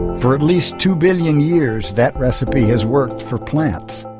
for at least two billion years that recipe has worked for plants.